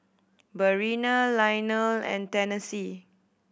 Breana Lionel and Tennessee